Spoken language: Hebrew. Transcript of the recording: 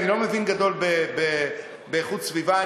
אני לא מבין גדול באיכות סביבה,